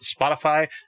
Spotify